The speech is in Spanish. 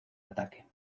ataque